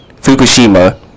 Fukushima